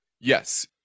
Yes